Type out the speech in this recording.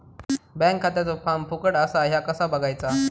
Bank खात्याचो form फुकट असा ह्या कसा बगायचा?